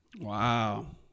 Wow